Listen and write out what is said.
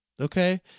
Okay